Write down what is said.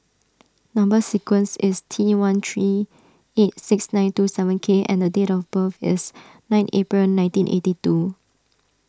Number Sequence is T one three eight six nine two seven K and date of birth is nine April nineteen eighty two